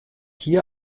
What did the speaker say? hier